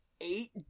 Eight